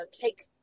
take